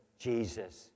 Jesus